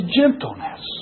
gentleness